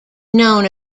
known